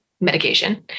medication